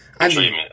Treatment